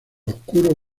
oscuro